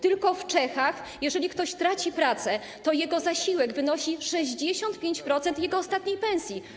Tylko w Czechach, jeżeli ktoś traci pracę, to zasiłek dla niego wynosi 65% jego ostatniej pensji.